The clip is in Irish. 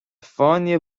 fáinne